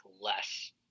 less